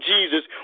Jesus